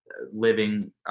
living